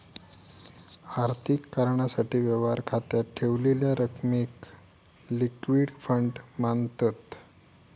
आर्थिक कारणासाठी, व्यवहार खात्यात ठेवलेल्या रकमेक लिक्विड फंड मांनतत